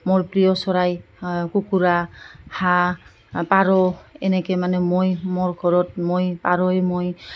মোৰ প্ৰিয় চৰাই কুকুৰা হাঁহ পাৰ এনেকৈ মানে মই মোৰ ঘৰত মই পাৰই মই